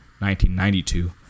1992